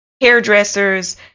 hairdressers